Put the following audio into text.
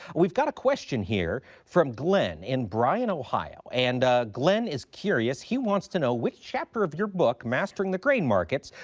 we've got a question here from glen in bryan, ohio. and glen is curious, he wants to know, which chapter of your book, mastering the grain markets,